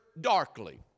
darkly